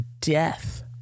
death